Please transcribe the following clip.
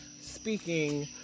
speaking